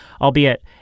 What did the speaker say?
albeit